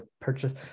purchase